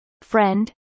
friend